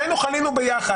שנינו חלינו יחד,